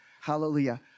Hallelujah